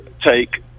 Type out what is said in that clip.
take